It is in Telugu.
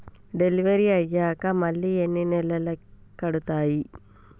డెలివరీ అయ్యాక మళ్ళీ ఎన్ని నెలలకి కడుతాయి?